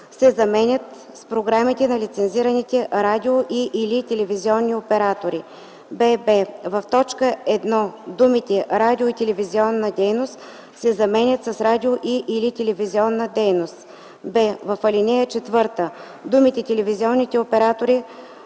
се заменят с „програмите на лицензираните радио- и/или телевизионни оператори”. бб) в т. 1 думите „радио- и телевизионна дейност” се заменят с „радио- и/или телевизионна дейност”. б) в ал. 4 думите „телевизионните оператори”